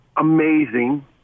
Amazing